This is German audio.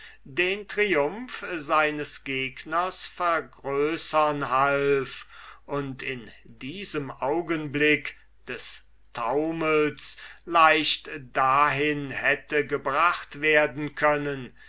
den triumph seines gegners vergrößern half und in diesem augenblick des taumels leicht dahin hätte gebracht werden können